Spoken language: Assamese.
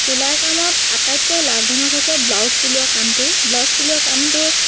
চিলাই কামত আটাইতকৈ লাভজনক হৈছে ব্লাউজ চিলোৱা কামটো ব্লাউজ চিলোৱা কামটো